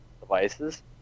devices